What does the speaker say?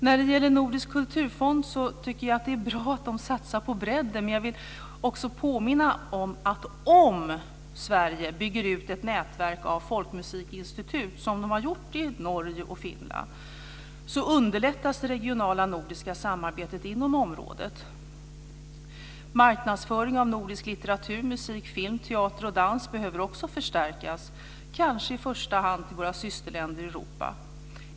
Jag tycker att det är bra att Nordiska kulturfonden satsar på bredden, men jag vill också påminna om att om Sverige bygger ut ett nätverk av folkmusikinstitut, som man har gjort i Norge och Finland, underlättas det regionala nordiska samarbetet inom området. Marknadsföring av nordisk litteratur, musik, film, teater och dans behöver också förstärkas, kanske i första hand till våra systerländer i Europa.